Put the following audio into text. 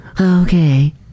Okay